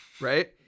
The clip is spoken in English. Right